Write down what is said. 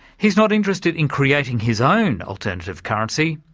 he's not interested in creating his own alternative currency,